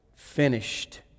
Finished